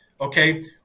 Okay